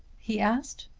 he asked.